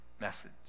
message